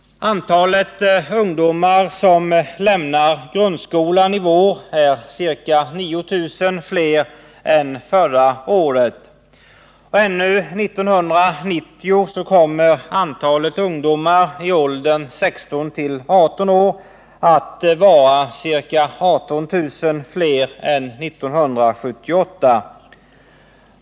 De ungdomar som lämnar grundskolan i vår är ca 9000 fler än förra året. Ännu 1990 kommer ungdomarna i åldern 16-18 år att vara ca 18 000 fler än 1978.